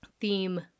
theme